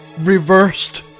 reversed